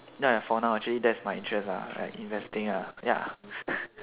ya for now actually that's my interest ah investing ah ya